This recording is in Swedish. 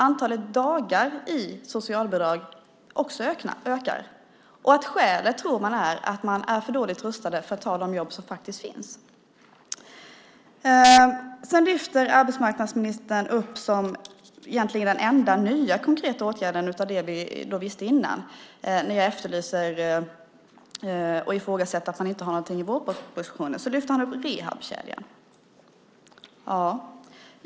Antalet dagar med socialbidrag ökar också. Man tror att skälet är att man är för dåligt rustad att ta de jobb som faktiskt finns. När jag efterlyser och ifrågasätter att det inte finns något om detta i vårpropositionen lyfter arbetsmarknadsministern upp rehabkedjan som den enda nya, konkreta åtgärden.